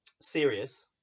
serious